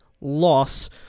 loss